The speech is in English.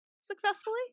successfully